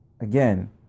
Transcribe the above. Again